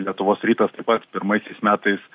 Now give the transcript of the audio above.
lietuvos rytas taip pat pirmaisiais metais